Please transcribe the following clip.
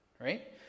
right